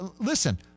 listen